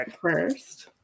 first